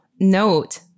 note